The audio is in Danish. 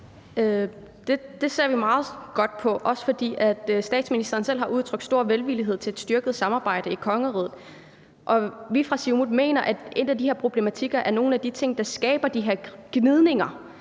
Det ser vi meget positivt på, også fordi statsministeren selv har udtrykt stor velvillighed over for et styrket samarbejde i kongeriget. Vi fra Siumut mener, at de her problematikker er noget af det, der skaber de her gnidninger